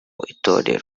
itorero